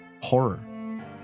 horror